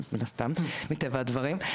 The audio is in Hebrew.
מטבע הדברים,